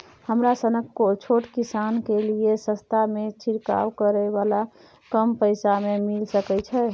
हमरा सनक छोट किसान के लिए सस्ता में छिरकाव करै वाला कम पैसा में मिल सकै छै?